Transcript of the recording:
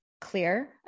clear